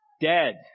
dead